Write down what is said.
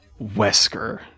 Wesker